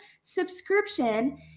subscription